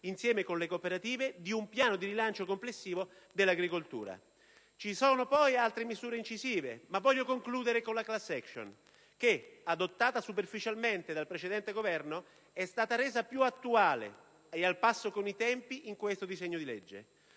insieme con le cooperative, di un piano di rilancio complessivo dell'agricoltura. Ci sono poi altre misure incisive, ma voglio concludere con la *class action* che, adottata superficialmente dal precedente Governo, è stata resa più attuale e al passo con i tempi in questo disegno di legge.